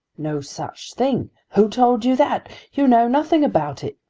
no such thing. who told you that? you know nothing about it.